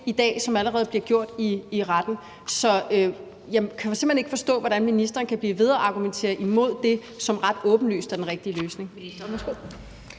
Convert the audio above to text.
ting, som allerede i dag bliver gjort i retten, så jeg kan simpelt hen ikke forstå, hvordan ministeren kan blive ved med at argumentere imod det, som ret åbenlyst er den rigtige løsning.